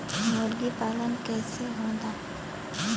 मुर्गी पालन कैसे होला?